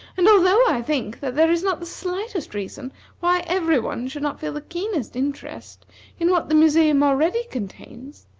and although i think that there is not the slightest reason why every one should not feel the keenest interest in what the museum already contains,